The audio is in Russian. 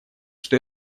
что